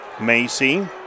Macy